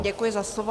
Děkuji za slovo.